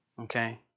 okay